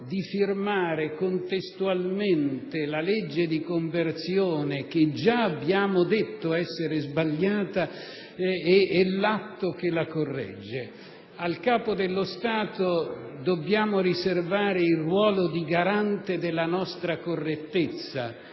di firmare contestualmente la legge di conversione che già abbiamo detto essere sbagliata e l'atto che la corregge. Al Capo dello Stato dobbiamo riservare il ruolo di garante della nostra correttezza,